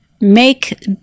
make